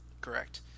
Correct